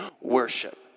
worship